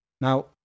Now